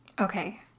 Okay